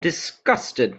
disgusted